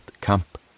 camp